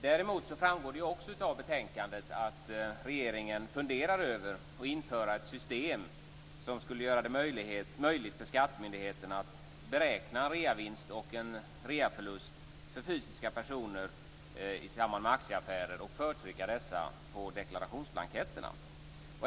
Dessutom framgår det av betänkandet att regeringen funderar över att införa ett system som skulle göra det möjligt för skattemyndigheten att beräkna reavinst och reaförlust för fysiska personer i samband med aktieaffärer och förtrycka dessa på deklarationsblanketterna.